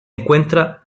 encuentra